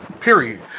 Period